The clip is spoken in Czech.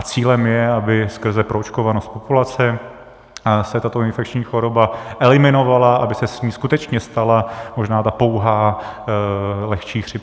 Cílem je, aby skrze proočkovanost populace se tato infekční choroba eliminovala, aby se z ní skutečně stala možná pouhá lehčí chřipka.